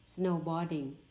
Snowboarding